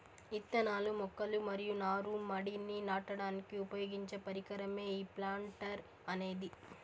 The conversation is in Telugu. ఇత్తనాలు, మొక్కలు మరియు నారు మడిని నాటడానికి ఉపయోగించే పరికరమే ఈ ప్లాంటర్ అనేది